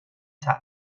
تلخ